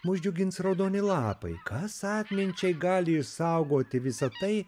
mus džiugins raudoni lapai kas atminčiai gali išsaugoti visa tai